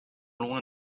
loin